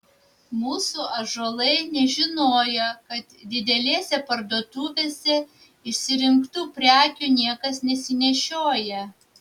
mūsų ąžuolai nežinojo kad didelėse parduotuvėse išsirinktų prekių niekas nesinešioja